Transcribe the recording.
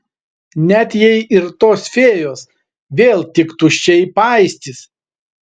net jei ir tos fėjos vėl tik tuščiai paistys